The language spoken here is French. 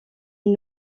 une